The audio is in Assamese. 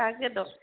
তাকেতো